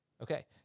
Okay